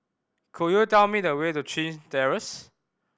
could you tell me the way to Chin Terrace